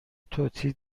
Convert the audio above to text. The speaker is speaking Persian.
توتی